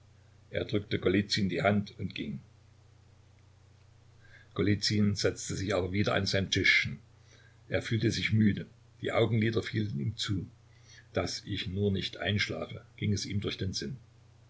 er drückte golizyn die hand und ging golizyn setzte sich aber wieder an sein tischchen er fühlte sich müde die augenlider fielen ihm zu daß ich nur nicht einschlafe ging es ihm durch den sinn